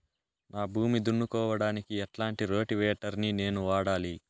నా భూమి దున్నుకోవడానికి ఎట్లాంటి రోటివేటర్ ని నేను వాడాలి?